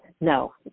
No